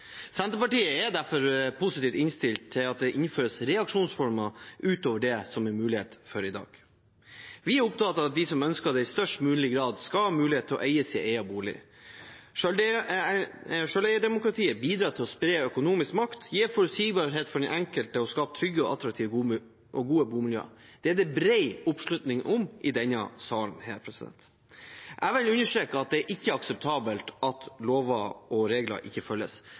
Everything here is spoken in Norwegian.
Senterpartiet er derfor positivt innstilt til at det innføres reaksjonsformer utover det som det er mulighet for i dag. Vi er opptatt av at de som ønsker det, i størst mulig grad skal ha mulighet til å eie sin egen bolig. Selveierdemokratiet bidrar til å spre økonomisk makt, gi forutsigbarhet for den enkelte og skape trygge, attraktive og gode bomiljøer. Det er det bred oppslutning om i denne salen. Jeg vil understreke at det ikke er akseptabelt at lover og regler ikke følges.